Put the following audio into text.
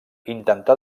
intentà